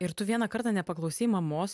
ir tu vieną kartą nepaklausei mamos ir jo